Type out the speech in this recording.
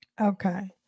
Okay